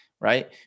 right